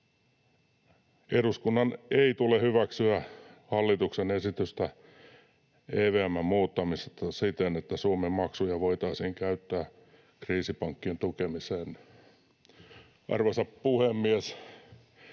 Eduskunnan ei tule hyväksyä hallituksen esitystä EVM:n muuttamisesta siten, että Suomen maksuja voitaisiin käyttää kriisipankkien tukemiseen. Arvoisa puhemies!